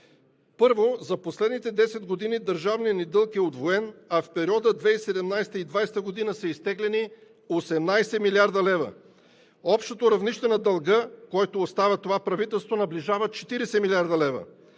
Първо, за последните 10 години държавният ни дълг е удвоен, а в периода 2017 – 2020 г. са изтеглени 18 млрд. лв. Общото равнище на дълга, което оставя това правителство, наближа 40 млрд. лв.